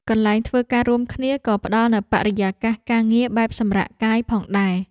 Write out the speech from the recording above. កន្លែងធ្វើការរួមគ្នា ក៏ផ្តល់នូវបរិយាកាសការងារបែបសម្រាកកាយផងដែរ។